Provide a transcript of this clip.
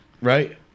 Right